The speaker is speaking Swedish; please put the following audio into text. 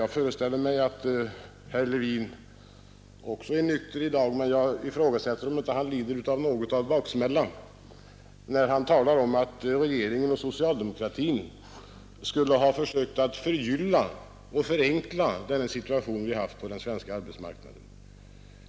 Jag föreställer mig att herr Levin också är nykter i dag, men jag ifrågasätter, om han ändå inte lider av baksmälla när han talar om att regeringen och socialdemokratin skulle ha försökt förgylla och förenkla den situation vi haft på den svenska arbetsmarknaden.